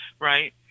right